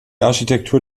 architektur